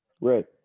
Right